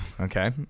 okay